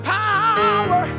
power